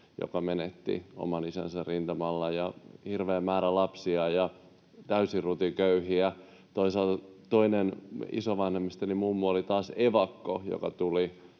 joka menetti oman isänsä rintamalla. Hirveä määrä lapsia ja täysin rutiköyhiä. Toisaalta toinen isovanhemmistani, mummu, oli taas evakko, joka